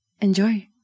enjoy